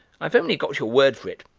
i've only got your word for it,